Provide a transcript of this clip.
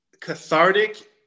cathartic